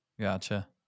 gotcha